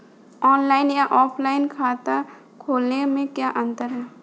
Online या offline खाता खोलने में क्या अंतर है बताएँ?